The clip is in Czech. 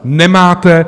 Nemáte.